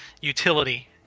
utility